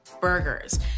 burgers